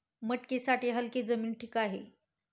मटकीसाठी हलकी जमीन ठीक आहे